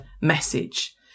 message